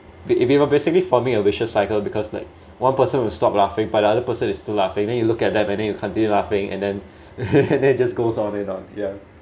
but if you were basically forming a vicious cycle because like one person will stop laughing but the other person is still laughing then you look at them and then you continue laughing and then and then it just goes on and on yeah